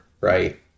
right